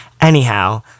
Anyhow